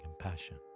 compassion